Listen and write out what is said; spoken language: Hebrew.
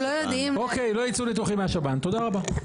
תודה רבה.